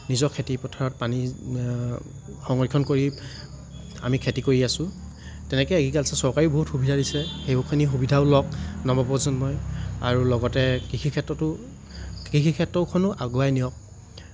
নিজৰ খেতি পথাৰত পানী সংৰক্ষণ কৰি আমি খেতি কৰি আছোঁ তেনেকে এগ্ৰিকালছাৰ চৰকাৰী বহুত সুবিধা দিছে সেইখিনি সুবিধাও লওঁক নৱপ্ৰজন্মই আৰু লগতে কৃষি ক্ষেত্ৰতে কৃষি ক্ষেত্ৰখনো আগুৱাই নিয়ক